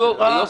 לא, לא.